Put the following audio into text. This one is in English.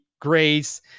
grace